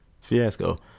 Fiasco